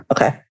Okay